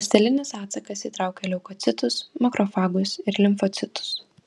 ląstelinis atsakas įtraukia leukocitus makrofagus ir limfocitus